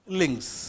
links